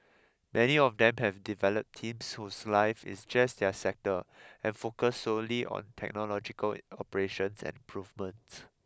many of them have developed teams whose life is just their sector and focus solely on technological operations and improvements